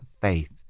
faith